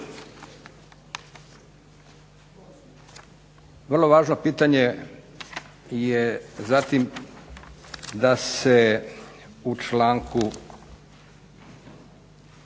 Vrlo važno pitanje je zatim da se u članku